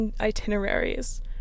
itineraries